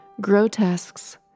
grotesques